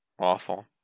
Awful